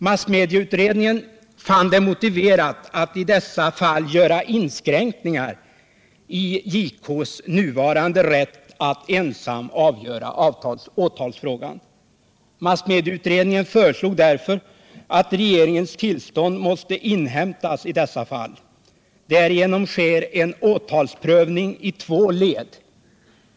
Massmedieutredningen har funnit det motiverat att i dessa fall göra inskränkningar i JK:s nuvarande rätt att ensam avgöra åtalsfrågan. Massmedieutredningen föreslog därför att regeringens tillstånd måste inhämtas i dessa fall. Därigenom sker en åtalsprövning i två led.